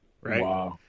Right